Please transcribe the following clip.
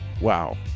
Wow